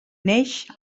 neix